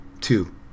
Two